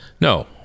no